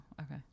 Okay